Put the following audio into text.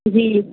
جی